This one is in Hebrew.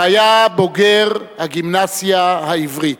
והיה בוגר הגימנסיה העברית.